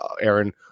aaron